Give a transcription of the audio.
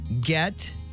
Get